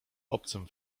obcym